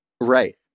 Right